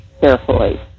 carefully